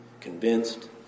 convinced